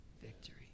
Victory